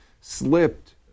slipped